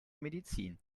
medizin